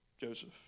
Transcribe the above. Joseph